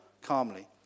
calmly